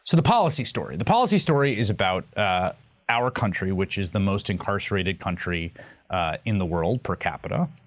so the policy story. the policy story is about ah our country, which is the most incarcerated country in the world, per capita.